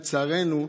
לצערנו,